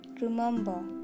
remember